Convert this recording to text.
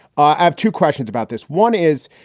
i have two questions about this. one is,